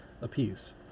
apiece